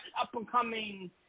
up-and-coming